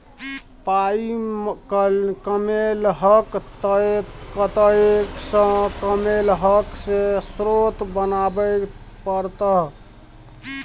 पाइ कमेलहक तए कतय सँ कमेलहक से स्रोत बताबै परतह